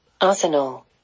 Arsenal